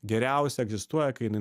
geriausiai egzistuoja kai jinai